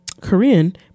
Korean